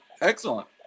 Excellent